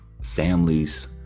families